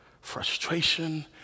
frustration